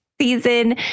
season